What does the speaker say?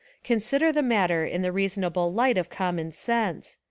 consider the matter in the rea sonable light of common sense.